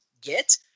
get